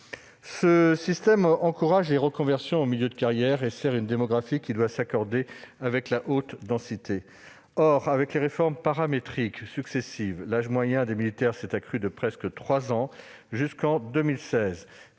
Ce système encourage les reconversions en milieu de carrière et sert une démographie qui doit s'accorder avec la « haute intensité ». Or, du fait des réformes paramétriques successives, l'âge moyen des militaires s'est accru de près de trois ans jusqu'en 2016,